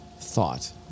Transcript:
thought